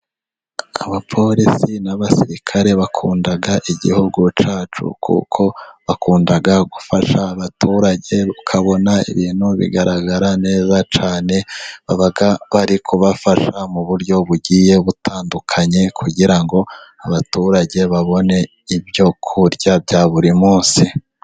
Abaporisi n'abasirikare, bakunda igihugu cyacu, kuko bakunda gufasha abaturage, bakabona ibintu bigaragara neza cyane, baba bari kubafasha mu buryo bugiye butandukanye, kugira ngo abaturage babone, ibyo kurya bya buri munsi.